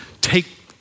take